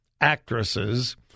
actresses